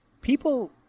People